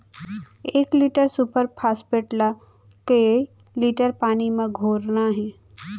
एक litre super phosphate ला कए लीटर पानी मा घोरना हे?